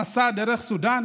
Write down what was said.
המסע דרך סודאן